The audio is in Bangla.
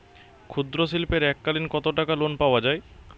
ক্ষুদ্রশিল্পের এককালিন কতটাকা লোন পাওয়া য়ায়?